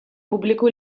pubbliku